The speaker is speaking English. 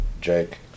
Jake